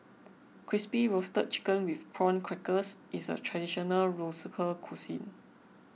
Crispy Roasted Chicken with Prawn Crackers is a Traditional Local Cuisine